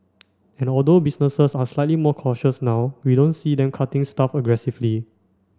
and although businesses are slightly more cautious now we don't see them cutting staff aggressively